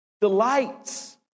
delights